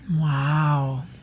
Wow